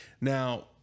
now